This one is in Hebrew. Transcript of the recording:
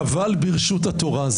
נבל ברשות התורה,